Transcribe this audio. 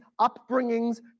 upbringings